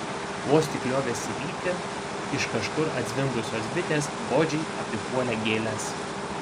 vos tik liovėsi lytį iš kažkur atzvimbusios bitės godžiai apipuolė gėles